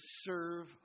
serve